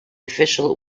official